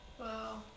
Wow